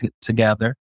together